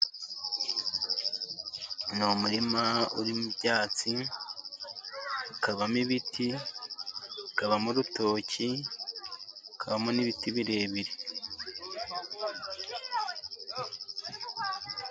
Ni umurima urimo ibyatsi, ukabamo ibiti ukabamo urutoki, ukamo n'ibiti birebire.